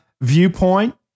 viewpoint